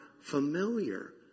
familiar